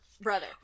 brother